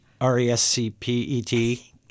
R-E-S-C-P-E-T